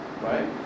right